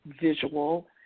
visual